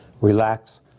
Relax